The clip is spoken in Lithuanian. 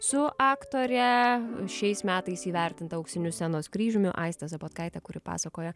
su aktore šiais metais įvertinta auksiniu scenos kryžiumi aiste zabotkaite kuri pasakoja